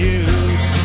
use